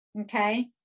Okay